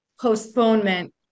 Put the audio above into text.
postponement